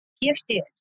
gifted